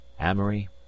amory